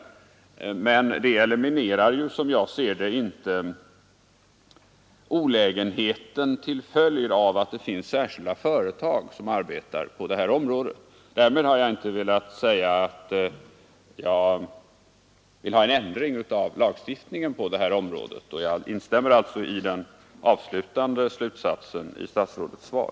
Men det eliminerar inte olägenheten av att det finns särskilda företag som arbetar på detta område. Därmed har jag emellertid inte sagt att jag vill ha en ändring av lagstiftningen. Jag instämmer därför i slutsatsen i statsrådets svar.